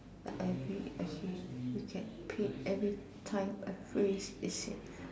I read okay you get paid everytime a phrase is said